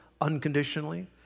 unconditionally